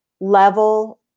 level